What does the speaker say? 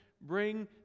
bring